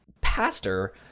pastor